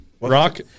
Rock